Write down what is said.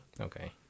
Okay